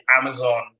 Amazon